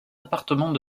appartement